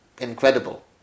incredible